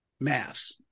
mass